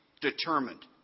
determined